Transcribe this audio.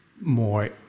more